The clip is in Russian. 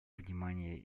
внимания